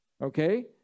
Okay